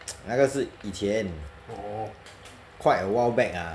那个是以前 quite awhile back ah